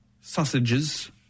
sausages